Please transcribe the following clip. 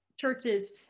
churches